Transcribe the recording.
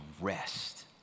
rest